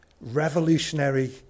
Revolutionary